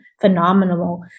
phenomenal